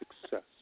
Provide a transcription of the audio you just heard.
success